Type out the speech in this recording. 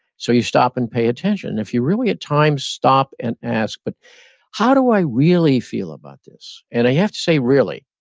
so, you stop and pay attention. and if you really, at times, stop and ask, but how do i really feel about this? and i have to say really,